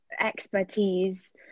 expertise